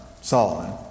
Solomon